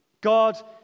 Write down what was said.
God